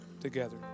together